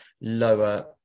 lower